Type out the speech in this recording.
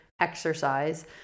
exercise